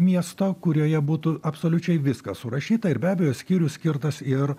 miesto kurioje būtų absoliučiai viskas surašyta ir be abejo skyrius skirtas ir